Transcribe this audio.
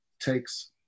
takes